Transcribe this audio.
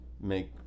make